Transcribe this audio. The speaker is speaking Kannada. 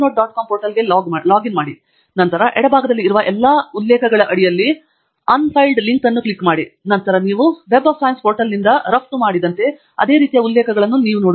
com ಪೋರ್ಟಲ್ಗೆ ಲಾಗಿನ್ ಮಾಡಿ ತದನಂತರ ಎಡಭಾಗದಲ್ಲಿ ಇರುವ ಎಲ್ಲಾ ನನ್ನ ಉಲ್ಲೇಖಗಳ ಅಡಿಯಲ್ಲಿ unfiled ಲಿಂಕ್ ಅನ್ನು ಕ್ಲಿಕ್ ಮಾಡಿ ಮತ್ತು ನಂತರ ನೀವು ವೆಬ್ ಸೈನ್ಸ್ ಪೋರ್ಟಲ್ನಿಂದ ನೀವು ರಫ್ತು ಮಾಡಿದಂತೆ ಅದೇ ರೀತಿಯ ಉಲ್ಲೇಖಗಳನ್ನು ನೀವು ನೋಡುತ್ತೀರಿ